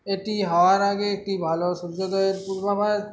এটি হওয়ার আগে একটি ভালো সূর্যোদয়ের পূর্বাভাস